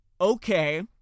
okay